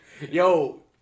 Yo